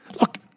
Look